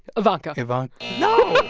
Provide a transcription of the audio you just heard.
ivanka ivanka no,